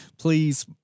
please